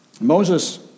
Moses